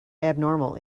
abnormal